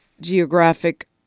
geographic